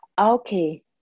Okay